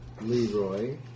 Leroy